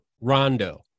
Rondo